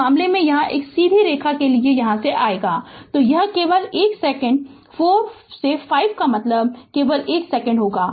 इस मामले में यहाँ इस सीधी रेखा के लिए यहाँ आएगा तो यह केवल 1 सेकंड 4 से 5 का मतलब केवल 1 सेकंड होगा